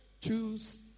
choose